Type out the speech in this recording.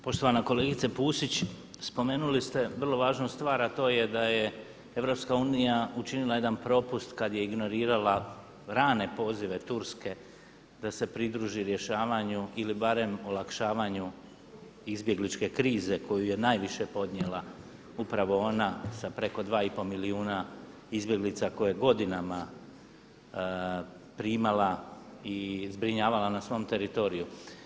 Poštovana kolegice Pusić spomenuli ste vrlo važnu stvar a to je da je Europska unija učinila jedan propust kada je ignorirala rane pozive turske da se pridruži rješavanja ili barem olakšavanju izbjegličke krize koju je najviše podnijela upravo ona sa preko 2 i pol milijuna izbjeglica koje je godinama primala i zbrinjavala na svom teritoriju.